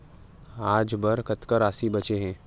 आज बर कतका राशि बचे हे?